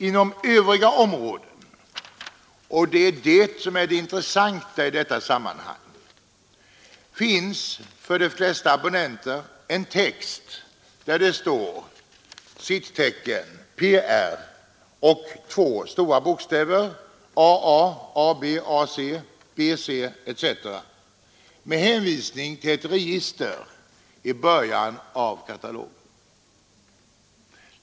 Inom övriga områden — och det är det som är det intressanta i detta sammanhang — finns för de flesta abonnenter en text, där det står: ”PR AA, PR AB, PR AC, PR BC” etc., med hänvisning till ett register i början av katalogen.